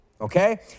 okay